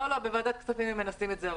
לא, בוועדת הכספים הם מנסים את זה הרבה.